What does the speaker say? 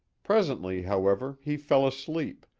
presently, however, he fell asleep,